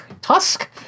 Tusk